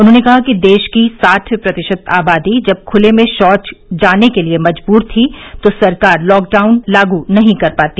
उन्होंने कहा कि देश की साठ प्रतिशत आबादी जब खुले में शौच जाने के लिए मजबूर थी तो सरकार लॉकडाऊन लागू नहीं कर पाती